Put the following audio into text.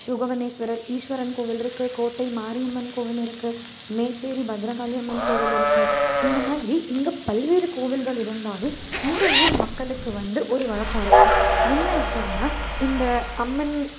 சுகவனேஸ்வரர் ஈஸ்வரன் கோவில் இருக்கு கோட்டை மாரியம்மன் கோவில் இருக்கு மேச்சேரி பத்ரகாளியம்மன் கோவில் இருக்கு இந்தமாதிரி இங்கே பல்வேறு கோவில்கள் இருந்தாலும் இந்த ஊர் மக்களுக்கு வந்து ஒரு வழக்கம் இருக்கு என்ன அப்டின்னா இந்த அம்மன்